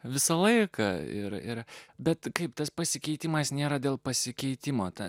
visą laiką ir ir bet kaip tas pasikeitimas nėra dėl pasikeitimo tai